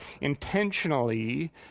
intentionally